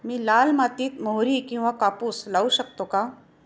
मी लाल मातीत मोहरी किंवा कापूस लावू शकतो का?